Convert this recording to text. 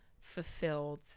fulfilled